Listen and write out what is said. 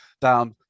down